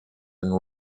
and